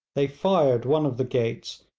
they fired one of the gates,